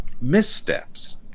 missteps